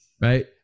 right